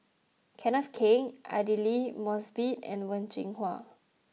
Kenneth Keng Aidli Mosbit and Wen Jinhua